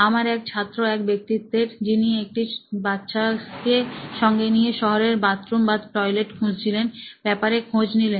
আমার এক ছাত্র এক ব্যক্তিত্বের যিনি একটি বাচ্চাকে সঙ্গে নিয়ে শহরে বাথরুম বা টয়লেট খুঁজছিলেন ব্যাপারে খোঁজ নিলেন